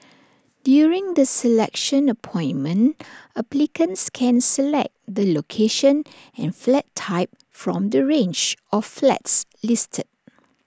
during the selection appointment applicants can select the location and flat type from the range of flats listed